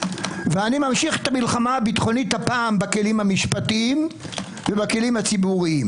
ואני ממשיך את המלחמה הביטחונית בכלים המשפטיים ובכלים הציבוריים.